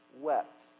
wept